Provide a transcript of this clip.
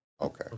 okay